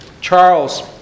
Charles